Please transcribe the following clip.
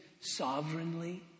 sovereignly